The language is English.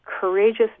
courageous